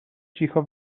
cicho